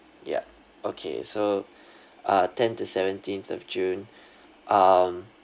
yup okay so uh tenth to seventeenth of june um